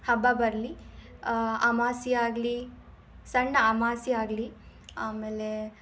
ಹಬ್ಬ ಬರಲಿ ಅಮಾಸೆ ಆಗಲಿ ಸಣ್ಣ ಅಮಾಸೆ ಆಗಲಿ ಆಮೇಲೆ